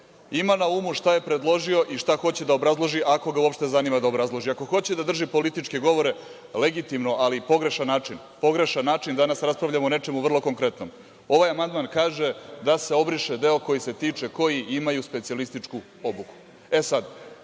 ima na umu šta je predložio i šta hoće da obrazloži ako ga uopšte zanima da obrazloži. Ako hoće da drži političke govore legitimno, ali pogrešan način. Pogrešan način, danas raspravljamo o nečemu vrlo konkretnom. Ovaj amandman kaže da se obriše deo koji se tiče – koji imaju specijalističku obuku. E sad,